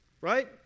right